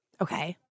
Okay